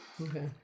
Okay